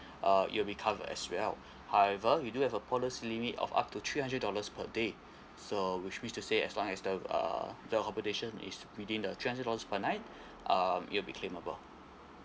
uh it will be covered as well however we do have a policy limit of up to three hundred dollars per day so which is to say as long as the uh the accommodation is within the three hundred dollars per night um you will be claimable